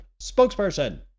spokesperson